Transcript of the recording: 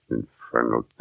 Infernal